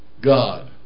God